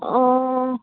ꯑꯣ